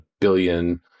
billion